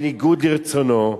בניגוד לרצונו,